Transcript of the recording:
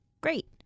Great